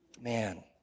Man